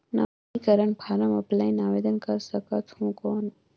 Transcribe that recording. नवीनीकरण form offline आवेदन कर सकत हो कौन?